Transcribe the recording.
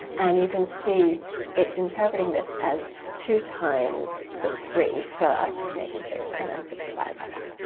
and you can see it's interpreting this as two times the three first, making six, and then six divided by that,